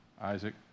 Isaac